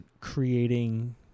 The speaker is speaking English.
creating